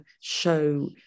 show